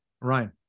right